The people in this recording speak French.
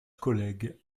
collègues